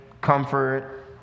comfort